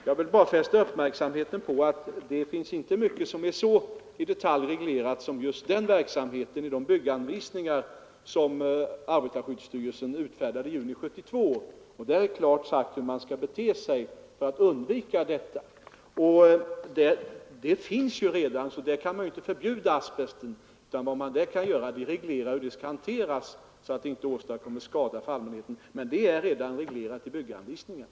Jag vill då bara fästa uppmärksamheten på att det finns inte mycket som är så i detalj reglerat som just denna rivningsverksamhet. I de bygganvisningar som arbetarskyddsstyrelsen utfärdade i juni 1972 är det klart utsagt hur man skall bete sig för att undvika risker i dessa fall. Där finns ju redan asbest, och man kan alltså inte utfärda något förbud, utan vad man kan göra är att reglera hanteringen så att den inte åstadkommer skada för allmänheten. Detta är alltså redan gjort i bygganvisningarna.